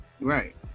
Right